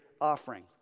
offering